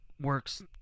works